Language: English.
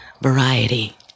variety